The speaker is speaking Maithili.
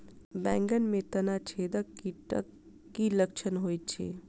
बैंगन मे तना छेदक कीटक की लक्षण होइत अछि?